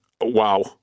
wow